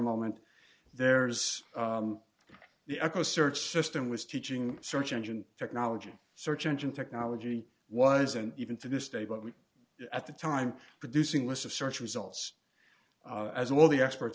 moment there's the eco search system was teaching search engine technology search engine technology wasn't even to this day but we at the time producing list of search results as well the experts